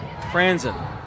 Franzen